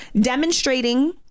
demonstrating